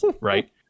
right